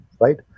right